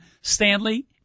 Stanley